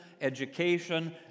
education